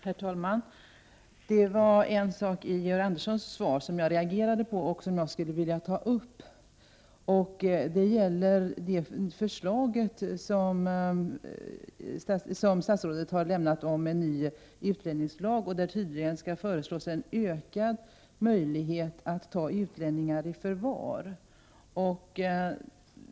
Herr talman! Det fanns ett avsnitt i Georg Anderssons svar som jag reagerade på och som jag skulle vilja ta upp. Det gäller det förslag till ny utlänningslag som statsrådet avlämnat. Förslaget innehåller tydligen ökade möjligheter att ta utlänningar i förvar.